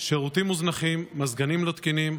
שירותים מוזנחים, מזגנים לא תקינים,